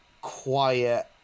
quiet